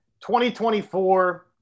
2024